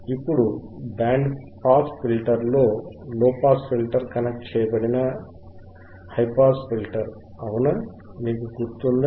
ఇప్పుడు band pass filter లో low pass ఫిల్టర్కు కనెక్ట్ చేయబడిన హైపాస్ ఫిల్టర్ అవునా మీకు గుర్తుందా